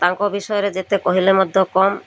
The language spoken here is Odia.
ତାଙ୍କ ବିଷୟରେ ଯେତେ କହିଲେ ମଧ୍ୟ କମ୍